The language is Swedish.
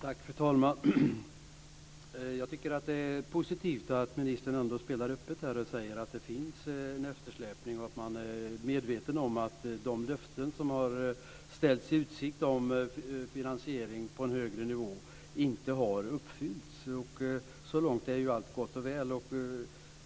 Fru talman! Jag tycker att det är positivt att ministern spelar öppet och säger att det finns en eftersläpning och att man är medveten om att de löften där det ställts i utsikt en finansiering på en högre nivå inte har uppfyllts. Så långt är allt gott och väl.